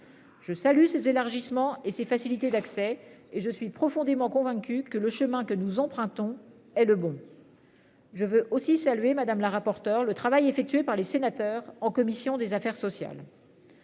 Je salue ces élargissements et ces facilités d'accès et je suis profondément convaincu que le chemin que nous empruntons et le bon. Je veux aussi saluer Madame la rapporteure le travail effectué par les sénateurs en commission des affaires sociales.